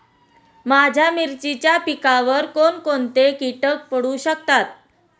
माझ्या मिरचीच्या पिकावर कोण कोणते कीटक पडू शकतात?